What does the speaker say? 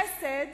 חסד